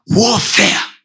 warfare